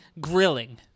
grilling